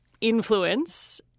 influence